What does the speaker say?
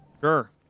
Sure